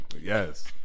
Yes